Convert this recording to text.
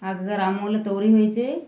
আগে আমূলে তৈরি হয়েছে